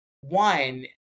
one